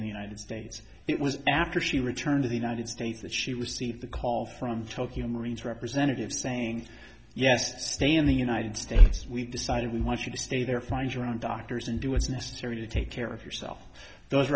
in the united states it was after she returned to the united states that she would see the call from tokyo marines representatives saying yes to stay in the united states we decided we want you to stay there find your own doctors and do what's necessary to take care of yourself those